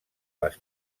les